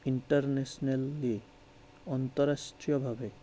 internationally আন্তঃৰাষ্ট্ৰীয়ভাৱে